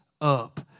up